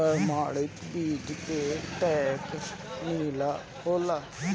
प्रमाणित बीज के टैग नीला होला